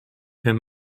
him